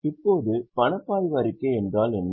இப்போது பணப்பாய்வு அறிக்கை என்றால் என்ன